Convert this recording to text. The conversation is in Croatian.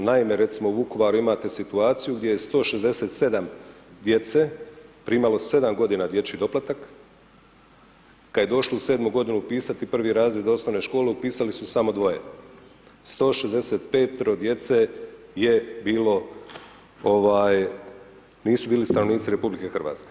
Naime, recimo u Vukovaru imate situaciju gdje je 167 djece primalo 7 godina dječji doplatak, kada je došlo u 7 godinu upisati 1. razred osnovne škole upisali su samo dvoje, 165.-tero djece je bilo, nisu bili stanovnici RH.